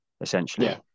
Essentially